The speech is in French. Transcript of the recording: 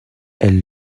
elle